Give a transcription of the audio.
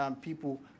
people